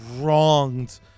wronged